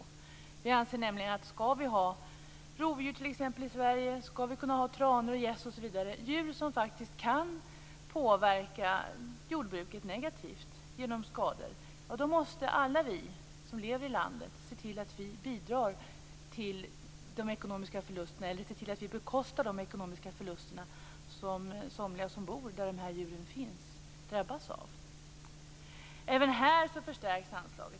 Miljöpartiet anser nämligen att om vi skall ha t.ex. rovdjur i Sverige, om vi skall kunna ha tranor, gäss osv. - djur som faktiskt kan påverka jordbruket negativt genom skador - måste alla vi som lever i landet se till att vi bekostar de ekonomiska förlusterna, som somliga som bor där djuren finns drabbas av. Även här förstärks anslaget.